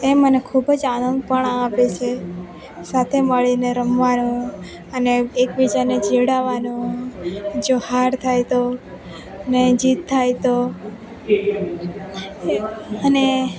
એ મને ખૂબ જ આનંદ પણ આપે છે સાથે મળીને રમવાનું અને એકબીજાને ચીડવવાનું જો હાર થાય તો ને જીત થાય તો અને